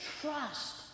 trust